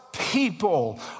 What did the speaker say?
People